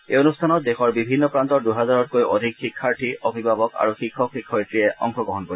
এই অনষ্ঠানত দেশৰ বিভিন্ন প্ৰান্তৰ দহেজাৰতকৈও অধিক শিক্ষাৰ্থী অভিভাবক আৰু শিক্ষক শিক্ষয়িত্ৰীয়ে অংশগ্ৰহণ কৰিব